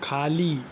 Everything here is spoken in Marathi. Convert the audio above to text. खाली